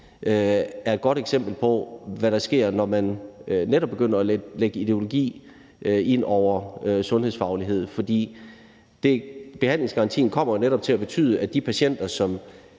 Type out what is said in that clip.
er et godt eksempel på, hvad der sker, når man netop begynder at lægge ideologi ind over sundhedsfaglighed. For behandlingsgarantien kommer jo netop til at betyde, at de patienter, som